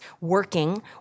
working